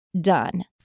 done